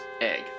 Egg